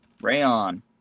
Rayon